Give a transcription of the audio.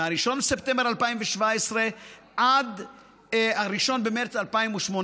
מ-1 בספטמבר 2017 עד 1 במרס 2018,